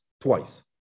twice